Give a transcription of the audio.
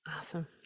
Awesome